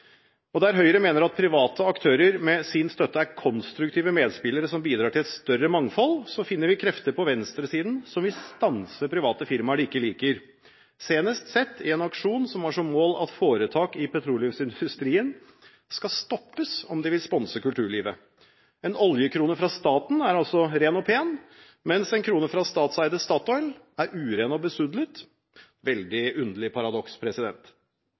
kulturlivet. Der Høyre mener at private aktører med sin støtte er konstruktive medspillere som bidrar til et større mangfold, finner vi krefter på venstresiden som vil stanse private firmaer de ikke liker, senest sett i en aksjon som har som mål at foretak i petroleumsindustrien skal stoppes om de vil sponse kulturlivet. En oljekrone fra staten er altså ren og pen, mens en krone fra statseide Statoil er uren og besudlet – et veldig underlig paradoks.